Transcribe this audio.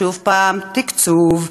שוב: תקצוב.